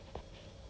那个 H_L milk